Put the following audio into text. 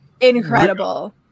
Incredible